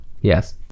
Yes